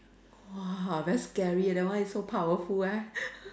!wah! very scary that one is so powerful eh